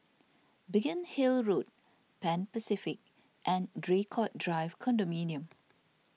Biggin Hill Road Pan Pacific and Draycott Drive Condominium